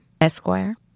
Esquire